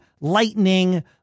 lightning